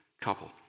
couple